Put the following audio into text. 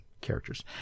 characters